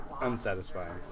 unsatisfying